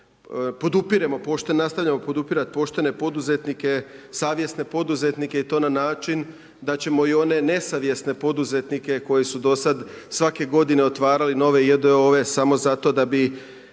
podupiremo, nastavljamo podupirat poštene poduzetnike, savjesne poduzetnike i to na način da ćemo i one nesavjesne poduzetnike koji su do sad svake godine otvarali nove J.D.O.O.-ve samo zato da bi